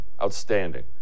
outstanding